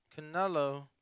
Canelo